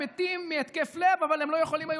הם מתים מהתקף לב אבל הם לא יכולים היו